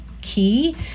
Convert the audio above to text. key